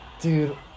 Dude